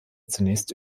zunächst